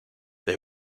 they